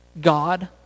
God